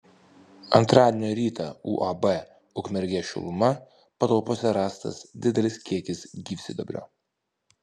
antradienio rytą uab ukmergės šiluma patalpose rastas didelis kiekis gyvsidabrio